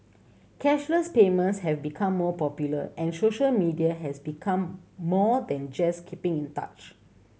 cashless payments have become more popular and social media has become more than just keeping in touch